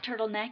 turtleneck